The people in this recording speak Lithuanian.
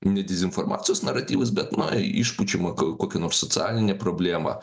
ne dezinformacijos naratyvas bet na išpučiama ko kokia nors socialinė problema